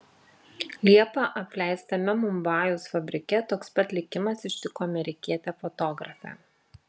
liepą apleistame mumbajaus fabrike toks pat likimas ištiko amerikietę fotografę